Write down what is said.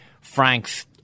Frank's